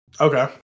Okay